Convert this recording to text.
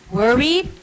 worried